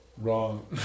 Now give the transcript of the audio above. Wrong